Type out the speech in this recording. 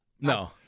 No